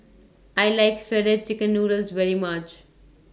I like Shredded Chicken Noodles very much